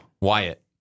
Wyatt